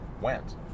went